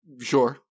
Sure